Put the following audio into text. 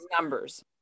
numbers